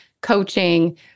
coaching